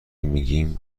میگیم